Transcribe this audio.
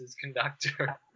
conductor